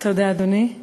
להסדר התדיינויות